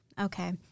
Okay